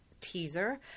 teaser